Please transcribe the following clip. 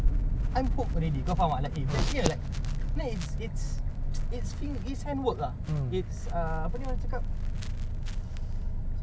then when I learn kau tahu lah I want to buy my own tools nanti nak beli Shimano punya toolbox tak pasal pasal nak beli Shimano punya sandal tak yang tak ada kena mengena [tau] bro dengan fishing